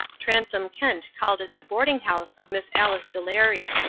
transome kent called at the boarding-house of miss alice delary.